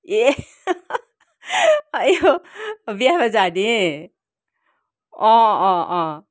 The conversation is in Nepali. ए आइया हौ बिहेमा जाने अँ अँ अँ